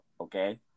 okay